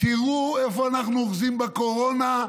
ותראו איפה אנחנו אוחזים בקורונה,